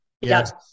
yes